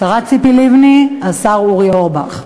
השרה ציפי לבני, השר אורי אורבך.